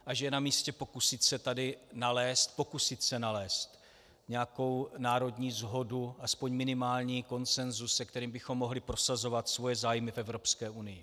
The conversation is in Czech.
A že je namístě pokusit se tady nalézt, pokusit se nalézt nějakou národní shodu, alespoň minimální konsenzus, se kterým bychom mohli prosazovat svoje zájmy v Evropské unii.